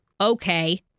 okay